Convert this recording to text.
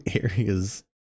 areas